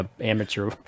amateur